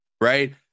right